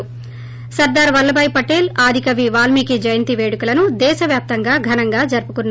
ి సర్గార్ వల్లభాయ్ పటేల్ ఆదికవి వాల్మీ కి జయంతి వేడుకలను దేశ వ్యాప్తంగా ఘనంగా జరుపుకున్నారు